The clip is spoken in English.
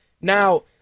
Now